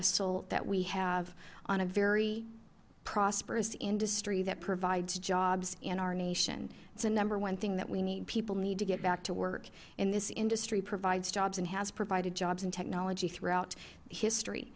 assault that we have on a very prosperous industry that provides jobs in our nation it's the number one thing that we need people need to get back to work and this industry provides jobs and has provided jobs and technology throughout history